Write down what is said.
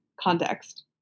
context